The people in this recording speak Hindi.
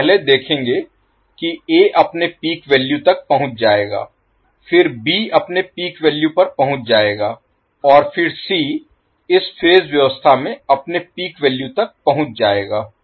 तो पहले देखेंगे कि ए अपने पीक वैल्यू तक पहुंच जाएगा फिर बी अपने पीक वैल्यू पर पहुंच जाएगा और फिर सी इस फेज व्यवस्था में अपने पीक वैल्यू तक पहुंच जाएगा